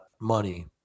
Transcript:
money